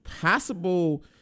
possible